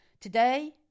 Today